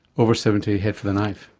over seventy head for the knife.